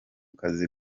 kazi